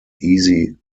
easy